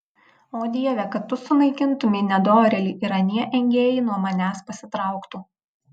o dieve kad tu sunaikintumei nedorėlį ir anie engėjai nuo manęs pasitrauktų